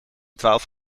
twaalf